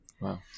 Wow